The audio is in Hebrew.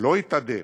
לא יתאדה.